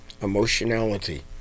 Emotionality